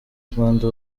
rwanda